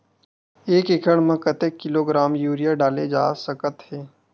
एक एकड़ म कतेक किलोग्राम यूरिया डाले जा सकत हे?